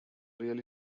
real